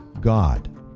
God